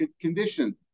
condition